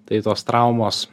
tai tos traumos